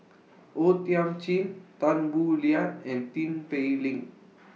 O Thiam Chin Tan Boo Liat and Tin Pei Ling